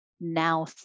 Now